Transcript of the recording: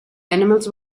animals